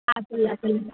apple apple